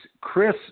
Chris